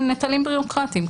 הם נטלים בירוקרטיים.